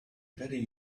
very